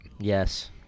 Yes